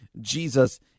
Jesus